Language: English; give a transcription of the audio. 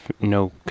no